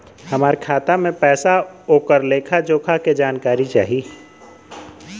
हमार खाता में पैसा ओकर लेखा जोखा के जानकारी चाही?